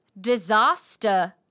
Disaster